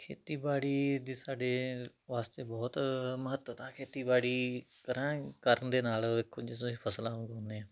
ਖੇਤੀਬਾੜੀ ਦੀ ਸਾਡੇ ਵਾਸਤੇ ਬਹੁਤ ਮਹੱਤਤਾ ਖੇਤੀਬਾੜੀ ਕਰਾਂਗੇ ਕਰਨ ਦੇ ਨਾਲ ਕੁੱਝ ਅਸੀਂ ਫਸਲਾਂ ਉਗਾਉਂਦੇ ਹਾਂ